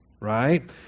right